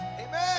amen